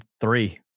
three